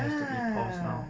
ya